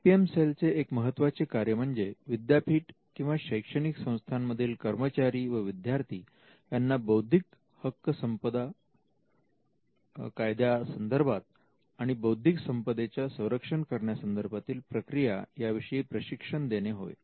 I P M सेलचे एक महत्त्वाचे कार्य म्हणजे विद्यापीठ किंवा शैक्षणिक संस्थांमधील कर्मचारी व विद्यार्थी यांना बौद्धिक संपदा हक्क कायदा संदर्भात आणि बौद्धिक संपदेच्या संरक्षण करण्यासंदर्भातील प्रक्रिया याविषयी प्रशिक्षण देणे होय